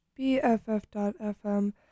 BFF.fm